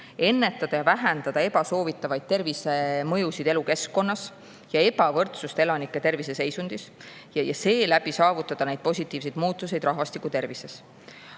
ennetada ja vähendada ebasoovitavaid tervisemõjusid elukeskkonnas ja ebavõrdsust elanike terviseseisundis ja seeläbi saavutada positiivseid muutusi rahvastiku tervises.